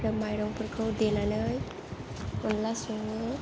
माइरंफोरखौ देनानै अनद्ला सङो